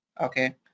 okay